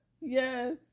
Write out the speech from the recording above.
Yes